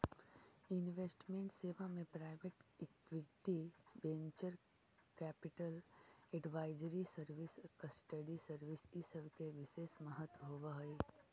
investment सेवा में private equity, venture capital, advisory service, custody service इ सब के विशेष महत्व होवऽ हई